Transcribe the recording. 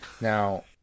Now